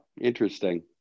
interesting